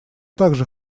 также